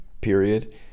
period